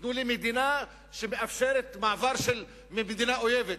תנו לי מדינה שמאפשרת מעבר ממדינה אויבת.